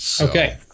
Okay